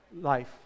life